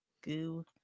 goo